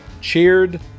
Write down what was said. cheered